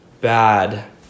bad